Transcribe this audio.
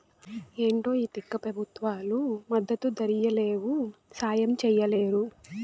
ఏంటో ఈ తిక్క పెబుత్వాలు మద్దతు ధరియ్యలేవు, సాయం చెయ్యలేరు